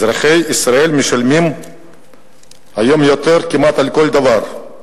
אזרחי ישראל משלמים היום יותר כמעט על כל דבר: